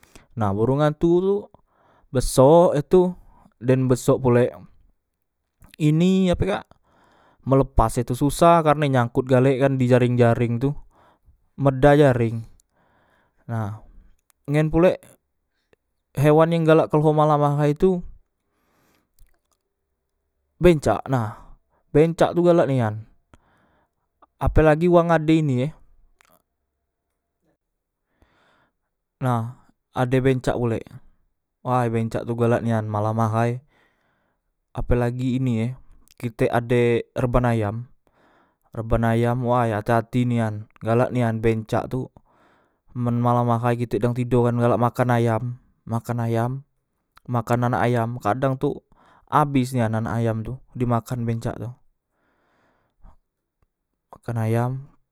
Nah borong antu tu besok e tu dan besok pulek ini ape kak melepas e tu susah karne nyangkot galek kan di jareng jareng tu medah jareng nah ngen pulek hewan yang galak kleho malam ahay tu bencak nah bencak tu galak nian ape lagi wang ade ini e nah ade bencak pulek way bencak tu galak nian malam ahay apelagi ini e kitek ade reban ayam reban ayam way ati ati nian galak nian bencak tu men malam ahay kitek dang tedo kan galak makan ayam makan anak ayam kadang tu abes nian anak ayam tu dimakan bencak tu makan ayam